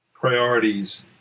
priorities